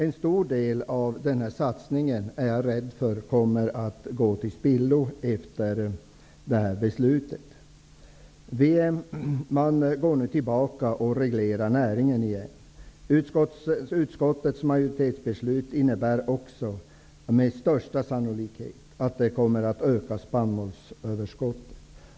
En stor del av denna satsning kommer, är jag rädd för, att gå till spillo efter det här beslutet, för man går nu tillbaka till att reglera näringen. Utskottets majoritetsbeslut innebär också med största sannolikhet att spannmålsöverskotten kommer att öka.